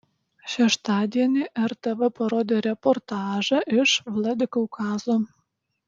šeštadienį rtv parodė reportažą iš vladikaukazo